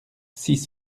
six